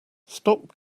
stop